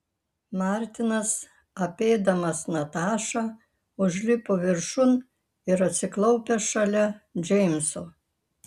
martinas apeidamas natašą užlipo viršun ir atsiklaupė šalia džeimso